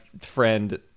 friend